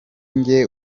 njye